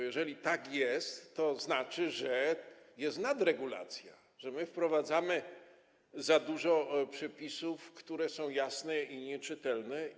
Jeżeli tak jest, to znaczy, że jest nadregulacja, że wprowadzamy za dużo przepisów, które są niejasne i nieczytelne.